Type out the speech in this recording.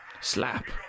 Slap